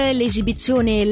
l'esibizione